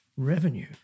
revenue